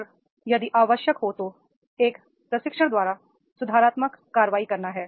और यदि आवश्यक हो तो एक प्रशिक्षण द्वारा सुधारात्मक कार्रवाई करना है